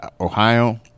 Ohio